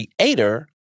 Creator